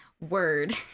word